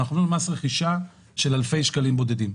אנחנו גובים מס רכישה של אלפי שקלים בודדים.